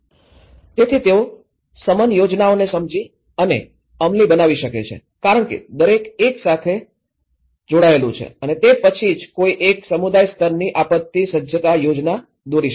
તેથી તેઓ શમન યોજનાઓને સમજી અને અમલી બનાવી શકે છે કારણ કે દરેક એક સાથે જોડાયેલું છે અને તે પછી જ કોઈ એક સમુદાય સ્તરની આપત્તિ સજ્જતા યોજના દોરી શકે છે